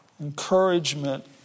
encouragement